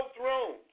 thrones